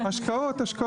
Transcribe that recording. השקעות.